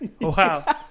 wow